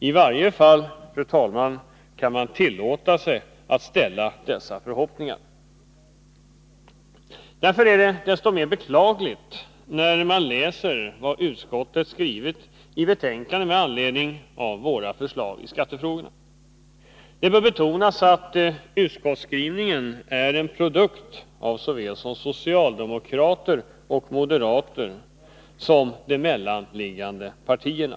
I varje fall, fru talman, kan man tillåtas framställa dessa förhoppningar. Därför är det desto mer beklagligt när man läser vad utskottet skrivit i betänkandet med anledning av våra förslag i skattefrågorna. Det bör betonas att utskottsskrivningen är en produkt från såväl socialdemokrater och moderater som de mellanliggande partierna.